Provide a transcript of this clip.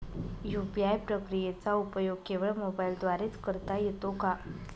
UPI प्रक्रियेचा उपयोग केवळ मोबाईलद्वारे च करता येतो का?